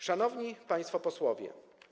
Szanowni Państwo Posłowie!